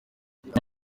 umwana